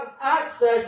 access